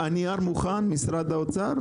הנייר מוכן, משרד האוצר?